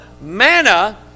manna